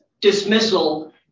dismissal